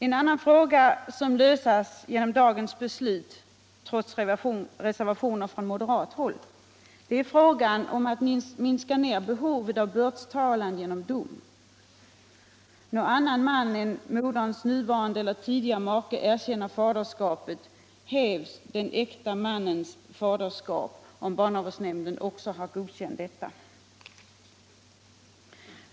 Ett annat problem som löses genom dagens beslut — trots reservationer från moderat håll — är frågan om att minska ner behovet av bördstalan genom dom. När annan man än moderns nuvarande eller tidigare make erkänner faderskapet hävs den äkta mannens faderskap, om också barnavårdsnämnden har godkänt att så sker.